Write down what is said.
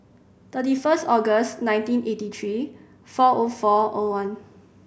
thirty first August nineteen eighty three four O four O one